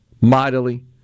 mightily